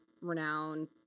renowned